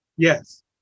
Yes